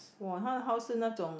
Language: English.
!wah! 她的 house 是那种